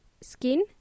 skin